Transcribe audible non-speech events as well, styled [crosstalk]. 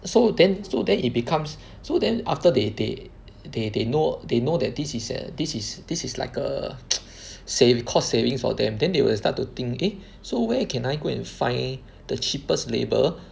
so then so then it becomes so then after they they they they know they know that this is a this is this is like a [noise] save cost savings for them then they will start to think eh so where can I go and find the cheapest labour